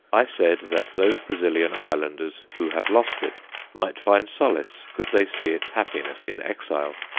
i said that those brazilian islanders who have lost it might find solace could they see its happiness in exile.